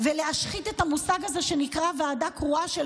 ולהשחית את המושג הזה שנקרא "ועדה קרואה",